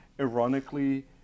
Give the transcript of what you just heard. ironically